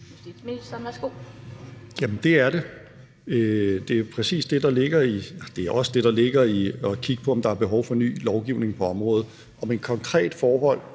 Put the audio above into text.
det er det. Det er jo også det, der ligger i at kigge på, om der er behov for ny lovgivning på området. Om et konkret forhold